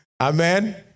Amen